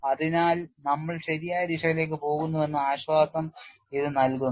അതിനാൽ നമ്മൾ ശരിയായ ദിശയിലേക്ക് പോകുന്നുവെന്ന ആശ്വാസം ഇത് നൽകുന്നു